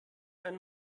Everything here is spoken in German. ein